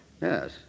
Yes